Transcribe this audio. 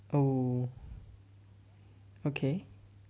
oh okay